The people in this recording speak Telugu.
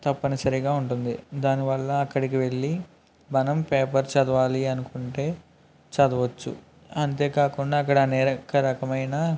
తప్పనిసరిగా ఉంటుంది దాని వల్ల అక్కడికి వెళ్ళి మనం పేపర్ చదువాలి అనుకుంటే చదువచ్చు అంతేకాకుండా అక్కడ అనేక రకమైన